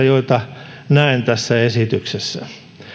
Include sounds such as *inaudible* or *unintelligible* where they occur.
*unintelligible* joita näen tässä esityksessä